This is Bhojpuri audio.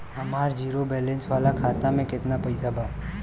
हमार जीरो बैलेंस वाला खाता में केतना पईसा बा?